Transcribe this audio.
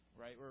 right